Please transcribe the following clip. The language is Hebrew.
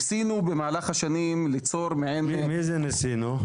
ניסינו במהלך השנים ליצור מעין --- מי זה ניסינו?